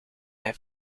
hij